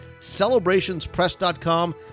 CelebrationsPress.com